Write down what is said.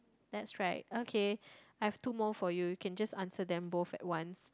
that's right okay I have two more for you you can just answer them both at once